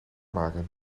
maken